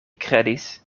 kredis